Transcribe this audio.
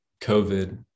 covid